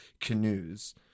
canoes